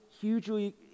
Hugely